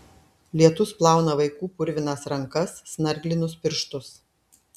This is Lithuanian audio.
lietus plauna vaikų purvinas rankas snarglinus pirštus